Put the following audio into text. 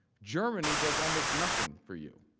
germany does almost nothing for you.